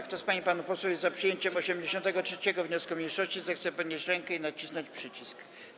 Kto z pań i panów posłów jest za przyjęciem 83. wniosku mniejszości, zechce podnieść rękę i nacisnąć przycisk.